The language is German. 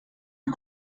die